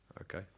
Okay